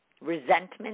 Resentment